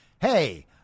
Hey